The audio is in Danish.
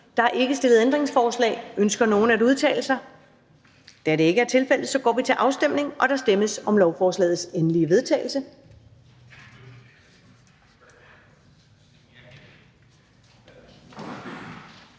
Der er ikke stillet ændringsforslag. Ønsker nogen at udtale sig? Da det ikke er tilfældet, går vi til afstemning. Kl. 16:06 Afstemning Første